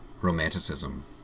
romanticism